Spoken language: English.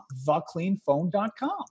thecleanphone.com